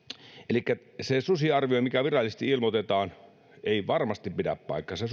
elikkä se susiarvio mikä virallisesti ilmoitetaan ei varmasti pidä paikkaansa